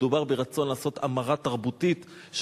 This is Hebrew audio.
מדובר ברצון לעשות המרה תרבותית,